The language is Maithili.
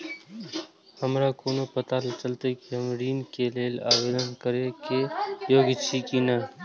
हमरा कोना पताा चलते कि हम ऋण के लेल आवेदन करे के योग्य छी की ने?